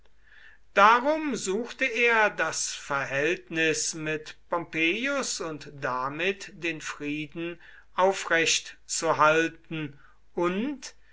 darum suchte er das verhältnis mit pompeius und damit den frieden aufrecht zu halten und